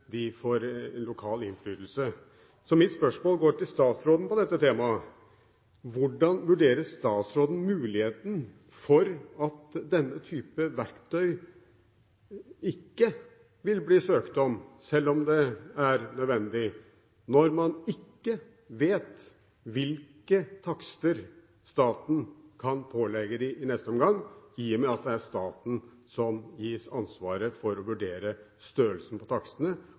lokal innflytelse. Så mitt spørsmål om dette temaet går til statsråden: Hvordan vurderer statsråden muligheten for at denne type verktøy ikke vil bli søkt om, selv om det er nødvendig, når man ikke vet hvilke takster staten kan pålegge dem i neste omgang, i og med at det er staten som gis ansvaret for å vurdere størrelsen på takstene,